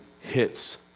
hits